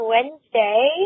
Wednesday